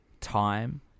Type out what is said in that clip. time